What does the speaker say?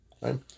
right